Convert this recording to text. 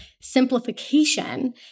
simplification